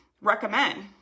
recommend